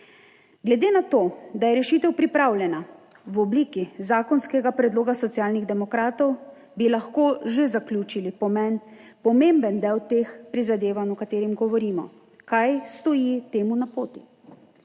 Glede na to, da je rešitev pripravljena v obliki zakonskega predloga Socialnih demokratov, bi lahko že zaključili pomen, pomemben del teh prizadevanj o katerem govorimo. Kaj stoji temu na poti?